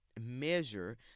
measure